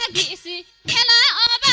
and da da